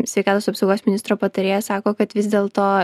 sveikatos apsaugos ministro patarėja sako kad vis dėlto